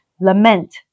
lament